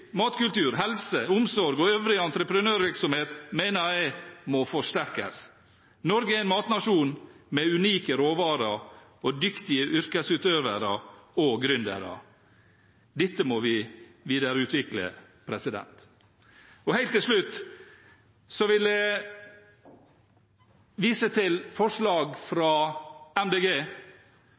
matkultur, helse, omsorg og øvrig entreprenørvirksomhet mener jeg må forsterkes. Norge er en matnasjon med unike råvarer og dyktige yrkesutøvere og gründere. Dette må vi videreutvikle. Helt til slutt vil jeg vise til forslagene fra